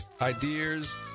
ideas